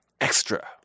Extra